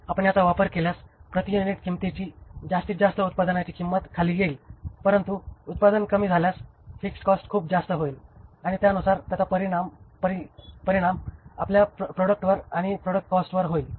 आपण याचा वापर केल्यास प्रति युनिट किंमतीची जास्तीत जास्त उत्पादनाची किंमत खाली येईल परंतु उत्पादन कमी झाल्यास फिक्स्ड कॉस्ट खूप जास्त होईल आणि त्यानुसार त्याचा परिणाम आपल्या प्रॉडक्टवर आणि प्रॉडक्ट कॉस्टवर होईल